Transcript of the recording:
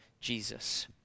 Jesus